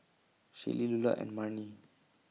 Shaylee Lular and Marni